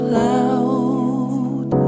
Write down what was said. loud